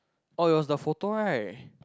oh it was the photo right